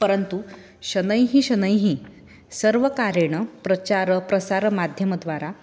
परन्तु शनैः शनैः सर्वकारेण प्रचारप्रसारमाध्यमद्वारा